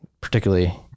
Particularly